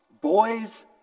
Boys